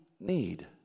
need